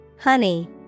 Honey